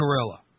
Gorilla